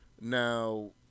Now